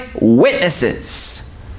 witnesses